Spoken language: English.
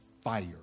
Fire